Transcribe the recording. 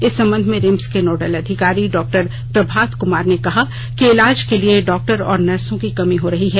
इस संबंध में रिम्स के नोडल अधिकारी डॉक्टर प्रभात कमार ने कहा कि इलाज के लिए डॉक्टर और नर्सों की कमी हो रही है